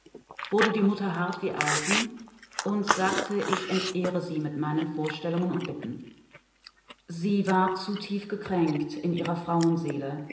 wurde die mutter hart wie eisen und sagte ich entehre sie mit meinen vorstellungen und bitten sie war zu tief gekränkt in ihrer